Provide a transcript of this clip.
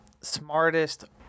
smartest